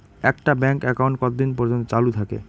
একটা bank account কতদিন পর্যন্ত চালু থাকে?